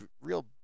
real